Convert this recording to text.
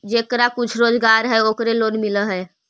जेकरा कुछ रोजगार है ओकरे लोन मिल है?